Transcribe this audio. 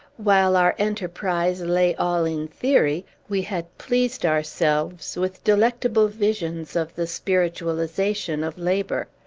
while our enterprise lay all in theory, we had pleased ourselves with delectable visions of the spiritualization of labor.